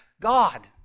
God